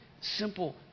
simple